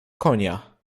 konia